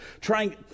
trying